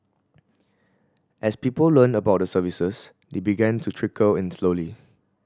as people learnt about the services they began to trickle in slowly